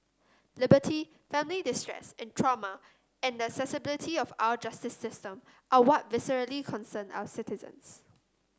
liberty family distress and trauma and the accessibility of our justice system are what viscerally concern our citizens